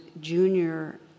junior